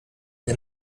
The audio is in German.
der